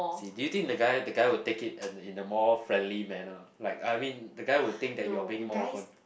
do you think the guy the guy will take it in in a more friendly manner like I mean the guy will think that you're being more open